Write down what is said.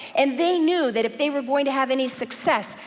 and they knew that if they were going to have any success,